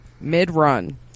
mid-run